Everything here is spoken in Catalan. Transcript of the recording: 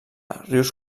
rius